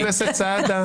חבר הכנסת סעדה.